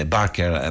Barker